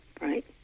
right